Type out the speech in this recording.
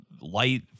light